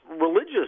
religious